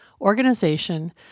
organization